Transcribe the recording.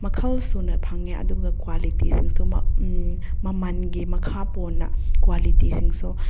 ꯃꯈꯜ ꯁꯨꯅ ꯐꯪꯉꯦ ꯑꯗꯨꯒ ꯀ꯭ꯋꯥꯂꯤꯇꯤꯁꯤꯡꯁꯨ ꯃꯃꯜꯒꯤ ꯃꯈꯥ ꯄꯣꯟꯅ ꯀ꯭ꯋꯥꯂꯤꯇꯤꯁꯤꯡꯁꯨ